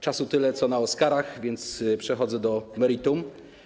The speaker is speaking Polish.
Czasu tyle co na Oskarach, więc przechodzę do meritum.